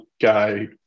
guy